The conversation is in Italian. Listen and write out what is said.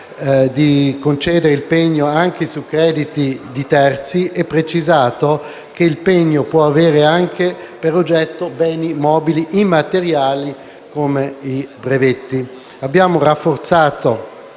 di concedere il pegno anche su crediti di terzi e precisato che il pegno può avere per oggetto beni immobili immateriali come i brevetti. Abbiamo rafforzato